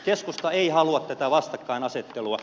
keskusta ei halua tätä vastakkainasettelua